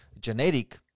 genetic